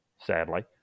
sadly